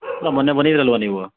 ಅಲ್ಲ ಮೊನ್ನೆ ಬಂದಿದ್ದರಲ್ವ ನೀವು